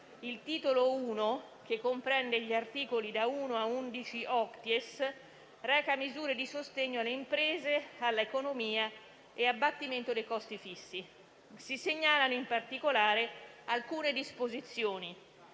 il Titolo I, che comprende gli articoli da 1 a 11-*octies*, reca misure di sostegno alle imprese, all'economia e abbattimento di costi fissi. Si segnalano, in particolare, alcune disposizioni.